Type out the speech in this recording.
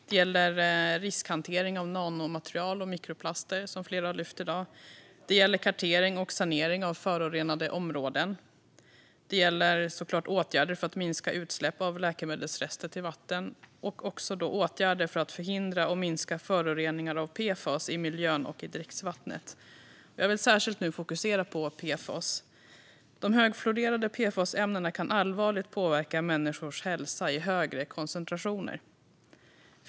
Det gäller riskhantering av nanomaterial och mikroplaster, som flera har tagit upp i dag. Det gäller kartering och sanering av förorenade områden. Det gäller såklart åtgärder för att minska utsläpp av läkemedelsrester till vatten. Det gäller också åtgärder för att förhindra och minska föroreningar av PFAS i miljön och i dricksvattnet. Jag vill särskilt fokusera på PFAS. De högfluorerade PFAS-ämnena kan allvarligt påverka människors hälsa i högre koncentrationer.